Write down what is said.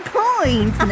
point